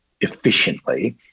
efficiently